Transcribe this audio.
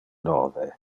nove